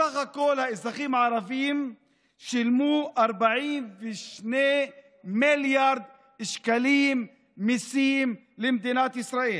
בסך הכול האזרחים הערבים שילמו 42 מיליארד שקלים מיסים למדינת ישראל.